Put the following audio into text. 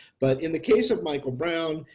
but in the case of michael brown,